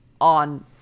on